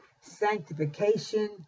sanctification